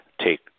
take